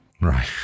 Right